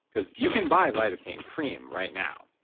because you can buy lidocaine cream right now,